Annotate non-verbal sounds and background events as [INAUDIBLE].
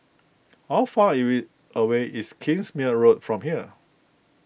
how far [UNINTELLIGIBLE] away is Kingsmead Road from here